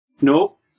Nope